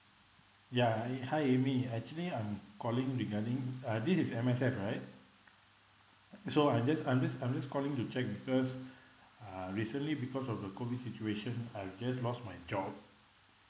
ya eh hi amy actually I'm calling regarding uh this is M_S_F right so I'm just I'm just I'm just calling to check because uh recently because of the COVID situation I just lost my job